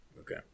Okay